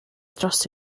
dros